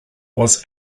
was